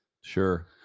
Sure